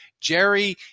Jerry